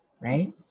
right